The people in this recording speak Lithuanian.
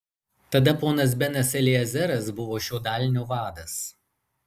tada ponas benas eliezeras buvo šio dalinio vadas